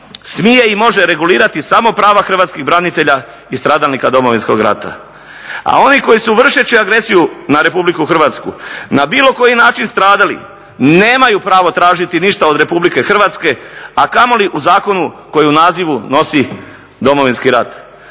smije i može regulirati samo prava hrvatskih branitelja i stradalnika Domovinskog rata. A oni koji su vršeći agresiju na Republiku Hrvatsku na bilo koji način stradali nemaju pravo tražiti ništa od Republike Hrvatske, a kamoli u zakonu koji u nazivu nosi Domovinski rat.